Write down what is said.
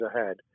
ahead